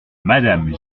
madame